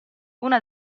una